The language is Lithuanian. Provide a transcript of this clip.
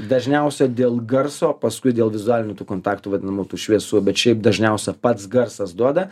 dažniausia dėl garso paskui dėl vizualinių tų kontaktų vadinamų tų šviesų bet šiaip dažniausia pats garsas duoda